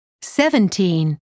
seventeen